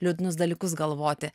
liūdnus dalykus galvoti